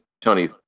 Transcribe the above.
Tony